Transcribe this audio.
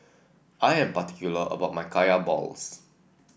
I am particular about my Kaya Balls